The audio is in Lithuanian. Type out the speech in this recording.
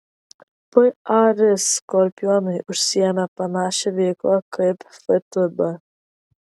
par skorpionai užsiėmė panašia veikla kaip ftb